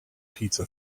pizza